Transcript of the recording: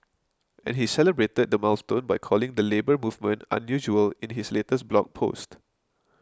and he celebrated the milestone by calling the Labour Movement unusual in his latest blog post